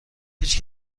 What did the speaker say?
هیچ